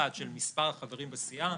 יש פה שלוש סוגיות שנוגעים בהם בשני התיקונים.